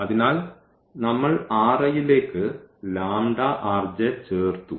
അതിനാൽ നമ്മൾ ലേക്ക് ചേർത്തു